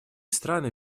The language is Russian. страны